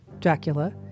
Dracula